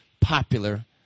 popular